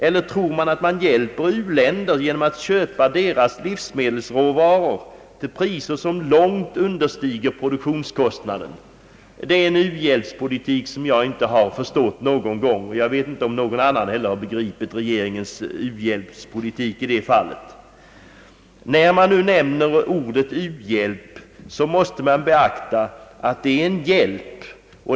Eller tror man att man hjälper u-länder genom att köpa deras livsmedelsråvaror till priser som långt understiger produktionskostnaden? Det är en u-hjälpspolitik som jag inte har förstått någon gång, och jag vet inte om någon annan heller har begripit den. När man nämner ordet u-hjälp, måste man beakta att det är fråga om hjälp.